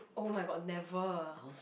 oh-my-god never